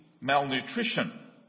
malnutrition